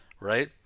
right